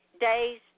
days